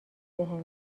بهم